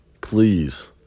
Please